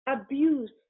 abuse